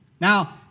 Now